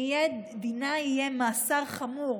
דינה יהיה מאסר חמור,